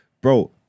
bro